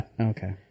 Okay